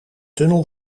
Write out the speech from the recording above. tunnel